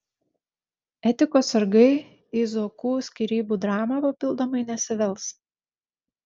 etikos sargai į zuokų skyrybų dramą papildomai nesivels